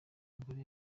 mugore